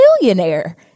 millionaire